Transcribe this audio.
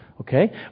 Okay